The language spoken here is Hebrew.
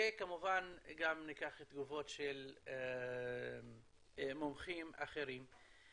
וכמובן גם ניקח תגובות של מומחים אחרים.